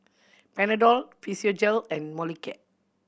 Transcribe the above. Panadol Physiogel and Molicare